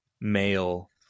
male